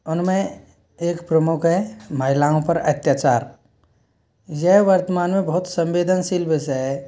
उनमें एक प्रमुख है महिलाओं पर अत्याचार यह वर्तमान में बहुत संवेदनशील विषय है